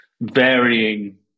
varying